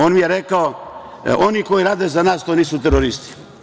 On mi je rekao – oni koji rade za nas, to nisu teroristi.